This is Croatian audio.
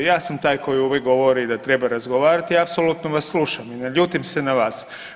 Ja sam taj koji uvijek govori da treba razgovarati i apsolutno vas slušam i ne ljutim se na vas.